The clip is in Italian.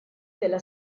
della